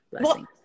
blessing